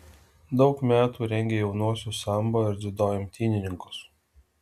daug metų rengė jaunuosius sambo ir dziudo imtynininkus